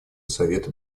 совета